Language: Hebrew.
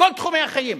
כל תחומי החיים.